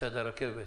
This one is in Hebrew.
מצד הרכבת